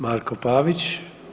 Marko Pavić.